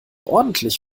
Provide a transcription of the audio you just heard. ordentlich